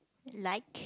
like